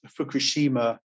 Fukushima